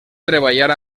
treballar